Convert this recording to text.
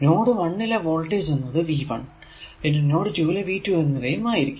node 1 ലെ voltage എന്നത് V 1 പിന്നെ നോഡ് 2 ലെ V 2 എന്നിവയും ആയിരിക്കും